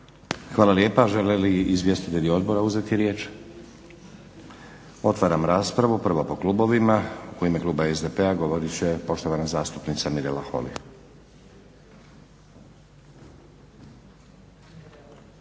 Hvala lijepa. Žele li izvjestitelji odbora uzeti riječ? Otvaram raspravu. Prvo po klubovima. U ime kluba SDP-a govorit će poštovana zastupnica Mirela Holy.